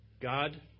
God